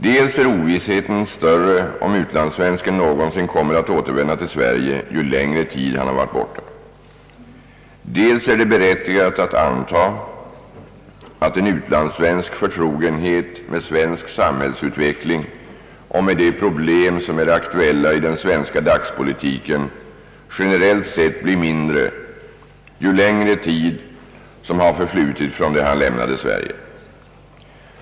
Dels är ovissheten större om utlandssvensken någonsin kommer att återvända till Sverige ju längre tid han har varit borta, dels är det berättigat att anta att en utlandssvensks förtrogenhet med svensk samhällsutveckling och med de problem som är aktuella i den svenska dagspolitiken generellt sett blir mindre ju längre tid som har förflutit från det han lämnade Sverige.